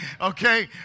okay